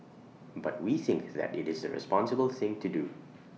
but we think that IT is the responsible thing to do